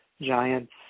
Giants